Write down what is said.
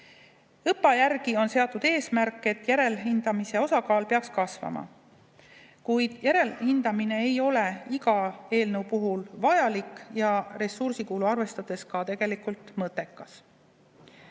ÕPPA järgi on seatud eesmärk, et järelhindamise osakaal peaks kasvama. Kuid järelhindamine ei ole iga eelnõu puhul vajalik ja ressursikulu arvestades tegelikult ka